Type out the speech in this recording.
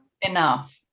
enough